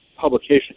publication